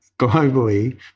globally